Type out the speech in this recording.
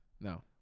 No